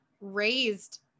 raised